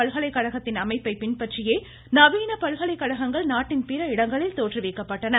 பல்கலைக்கழகத்தின் அமைப்பை இந்த பின்பற்றியே நவீன பல்கலைக்கழகங்கள் நாட்டின் பிற இடங்களில் தோற்றுவிக்கப்பட்டன